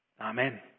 Amen